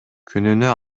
күнүнө